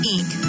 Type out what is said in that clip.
Inc